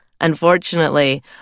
Unfortunately